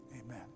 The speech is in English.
amen